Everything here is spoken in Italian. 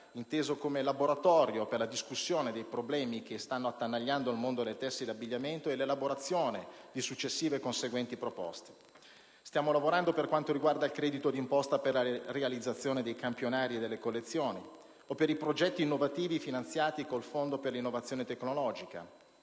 inteso come laboratorio per la discussione dei problemi che stanno attanagliando il mondo del tessile e dell'abbigliamento e l'elaborazione di successive e conseguenti proposte. Stiamo lavorando per il credito di imposta per la realizzazione dei campionari e delle collezioni, o per i progetti innovativi finanziati col Fondo per l'innovazione tecnologica